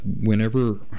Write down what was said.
whenever